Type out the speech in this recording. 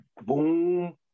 boom